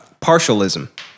Partialism